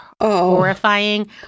horrifying